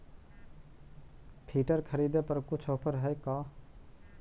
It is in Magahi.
फिटर खरिदे पर कुछ औफर है का?